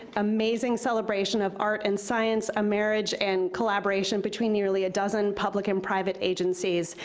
amazing celebration of art and science, a marriage and collaboration between nearly a dozen public and private agencies.